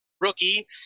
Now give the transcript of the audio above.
rookie